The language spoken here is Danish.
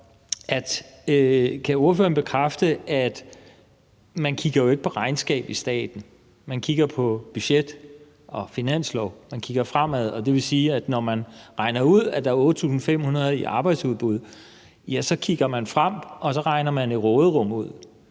om ordføreren kan bekræfte, at man jo ikke kigger på regnskab i staten, men at man kigger på budget og finanslov; man kigger fremad. Det vil sige, at når man regner ud, at der er 8.500 i arbejdsudbud, kigger man frem, og så regner man jo råderummet